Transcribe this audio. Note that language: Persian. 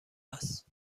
است